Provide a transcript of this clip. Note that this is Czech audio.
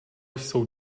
jsou